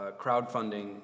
crowdfunding